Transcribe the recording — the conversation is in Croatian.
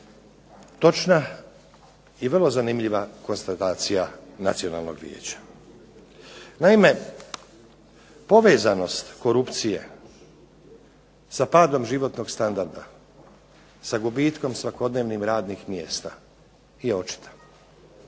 točna i vrlo zanimljiva konstatacija Nacionalnog vijeća. Naime, povezanost korupcije sa padom životnog standarda, sa gubitkom svakodnevnim radnih mjesta je očita.